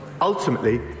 Ultimately